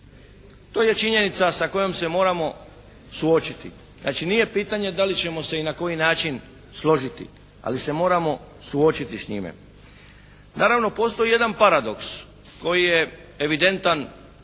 To je činjenica sa kojom se moramo suočiti. Znači nije pitanje da li ćemo se i na koji način složiti? Ali se moramo suočiti sa time. Naravno postoji jedan paradoks koji je evidentan.